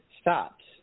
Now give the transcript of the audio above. stops